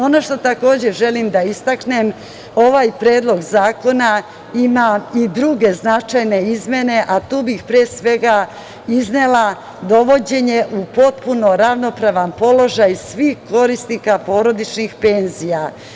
Ono što takođe želim da istaknem, ovaj Predlog zakona ima i druge značajne izmene, a tu bih, pre svega, iznela dovođenje u potpuno ravnopravan položaj svih korisnika porodičnih penzija.